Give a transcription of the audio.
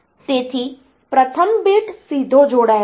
તેથી પ્રથમ બીટ સીધો જોડાયેલ છે